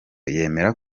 yemera